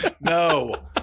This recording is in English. no